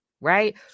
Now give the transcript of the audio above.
right